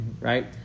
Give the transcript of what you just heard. right